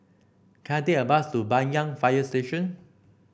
can I take a bus to Banyan Fire Station